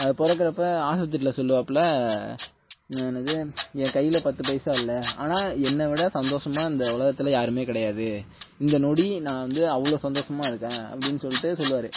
பிறக்குறப்ப ஆஸ்பத்திரியில் சொல்வாப்ள என்னது என் கையில் பத்து பைசா இல்லை ஆனால் என்னை விட சந்தோசமாக இந்த உலகத்தில் யாரும் கிடையாது இந்த நொடி நான் வந்து அவ்வளோ சந்தோஷமா இருக்கேன் அப்படின்னு சொல்லிவிட்டு சொல்லுவார்